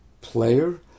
player